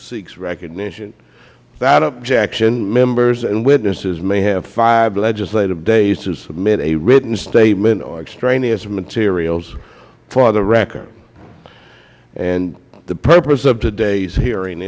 seeks recognition without objection members and witnesses may have five legislative days to submit a written statement or extraneous materials for the record the purpose of today's hearing